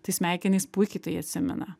tai smegenys puikiai tai atsimena